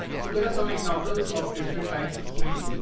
so there are some examples of different types of strings.